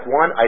one